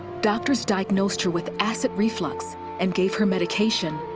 doctors diagnosed her with acid reflux and gave her medication,